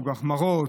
סוג ההחמרות,